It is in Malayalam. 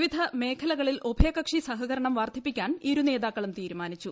വിവിധ മേഖലകളിൽ ഉഭയകക്ഷി സഹകരണം വർദ്ധിപ്പിക്കാൻ ഇരുനേതാക്കളും തീരുമാനിച്ചു